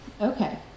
Okay